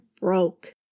broke